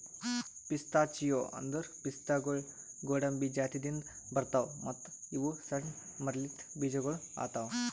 pistachio ಅಂದುರ್ ಪಿಸ್ತಾಗೊಳ್ ಗೋಡಂಬಿ ಜಾತಿದಿಂದ್ ಬರ್ತಾವ್ ಮತ್ತ ಇವು ಸಣ್ಣ ಮರಲಿಂತ್ ಬೀಜಗೊಳ್ ಆತವ್